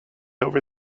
over